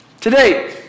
today